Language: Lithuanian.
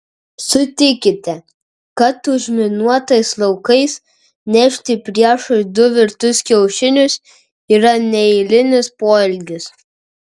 sutikite kad užminuotais laukais nešti priešui du virtus kiaušinius yra neeilinis poelgis